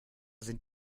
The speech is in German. sind